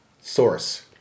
source